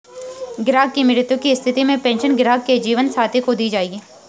ग्राहक की मृत्यु की स्थिति में पेंशन ग्राहक के जीवन साथी को दी जायेगी